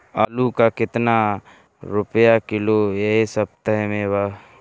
आलू का कितना रुपया किलो इह सपतह में बा?